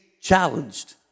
challenged